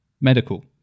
medical